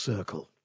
Circle